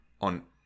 on